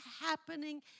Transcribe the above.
happening